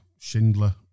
Schindler